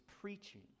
preaching